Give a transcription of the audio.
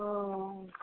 ओ